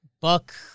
Buck